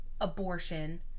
abortion